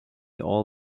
all